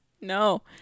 No